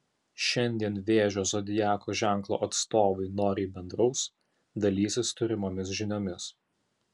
šiandien vėžio zodiako ženklo atstovai noriai bendraus dalysis turimomis žiniomis